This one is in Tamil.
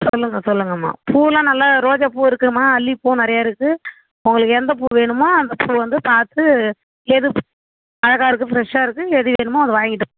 சொல்லுங்க சொல்லுங்கம்மா பூவெலாம் நல்ல ரோஜாப்பூ இருக்குதுங்கம்மா அல்லிப்பூவெலாம் நிறையா இருக்குது உங்களுக்கு எந்த பூ வேணுமோ அந்த பூவை வந்து பார்த்து எது அழகாக இருக்குது ஃபிரஷாக இருக்குது எது வேணுமோ அது வாங்கிட்டு